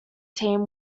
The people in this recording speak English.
team